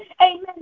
amen